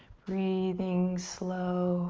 breathing slow